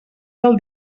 del